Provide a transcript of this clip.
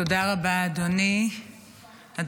תודה רבה, אדוני היושב-ראש.